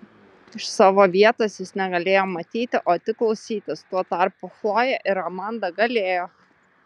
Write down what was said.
iš savo vietos jis negalėjo matyti o tik klausytis tuo tarpu chlojė ir amanda galėjo